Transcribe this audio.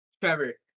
Trevor